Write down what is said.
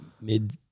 mid